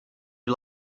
you